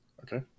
Okay